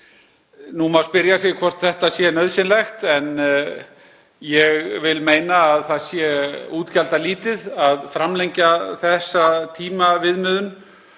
Nú má spyrja sig hvort þetta sé nauðsynlegt en ég vil meina að það sé útgjaldalítið að framlengja þessa tímaviðmiðun